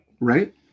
Right